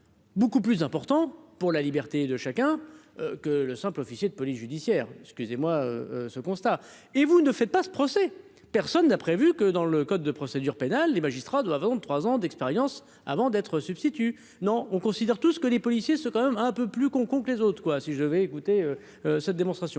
beaucoup plus important pour la liberté de chacun. Que le simple officier de police judiciaire, excusez-moi, ce constat. Et vous ne faites pas ce procès, personne n'a prévu que dans le code de procédure pénale, les magistrats doivent en 3 ans d'expérience avant d'être substitut non on considère tout ce que les policiers se quand même un peu plus qu'on compte les autres. Quoi, si je vais écouter cette démonstration